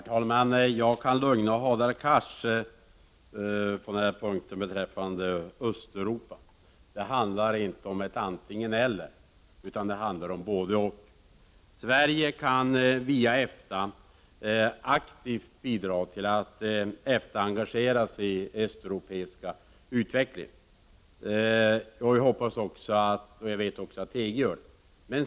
Herr talman! Jag kan lugna Hadar Cars beträffande Östeuropa. Det handlar inte om ett antingen-eller, utan det handlar om både-och. Sverige kan via EFTA aktivt bidra till att EFTA engagerar sig i den östeuropeiska utvecklingen. Vi vet också att EG gör det.